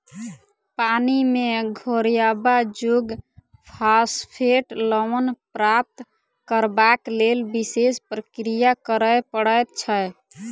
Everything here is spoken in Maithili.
पानि मे घोरयबा योग्य फास्फेट लवण प्राप्त करबाक लेल विशेष प्रक्रिया करय पड़ैत छै